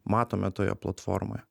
matome toje platformoje